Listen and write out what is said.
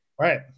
Right